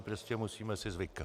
Prostě musíme si zvykat.